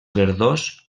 verdós